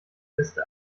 liste